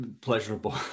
pleasurable